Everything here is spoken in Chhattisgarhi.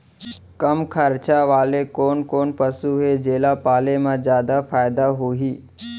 कम खरचा वाले कोन कोन पसु हे जेला पाले म जादा फायदा होही?